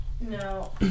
No